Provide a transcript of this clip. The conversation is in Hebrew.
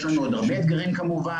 יש לנו עוד הרבה אתגרים כמובן.